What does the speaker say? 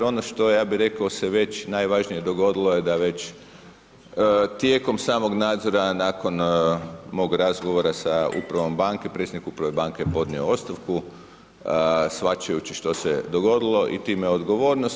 Ono što je, ja bih rekao, se već najvažnije dogodilo, je da već tijekom samog nadzora nakon mog razgovora sa upravom Banke, predsjednik uprave banke je podnio ostavku, shvaćajući što se dogodilo i time odgovornost.